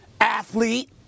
athlete